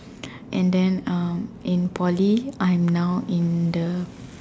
and then um in Poly I'm now in the